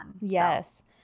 Yes